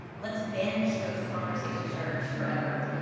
let's banish those conversation starters forever,